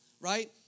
right